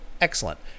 Excellent